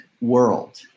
world